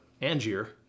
Angier